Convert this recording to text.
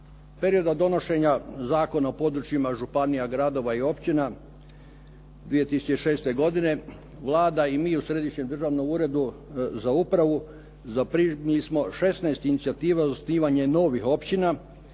perioda donošenja Zakona o područjima županija, gradova i općina 2006. godine Vlada i mi u Središnjem državnom uredu za upravu zaprimili smo 16 inicijativa za osnivanje novih općina